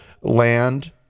land